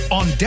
on